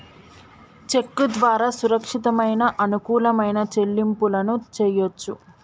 చెక్కు ద్వారా సురక్షితమైన, అనుకూలమైన చెల్లింపులను చెయ్యొచ్చు